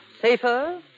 safer